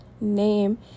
name